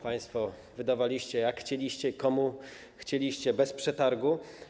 Państwo wydawaliście, jak chcieliście, komu chcieliście, bez przetargu.